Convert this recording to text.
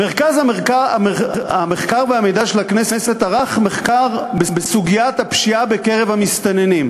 "מרכז המחקר והמידע של הכנסת ערך מחקר בסוגיית הפשיעה בקרב המסתננים.